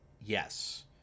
Yes